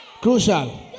crucial